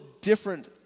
different